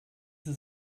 ist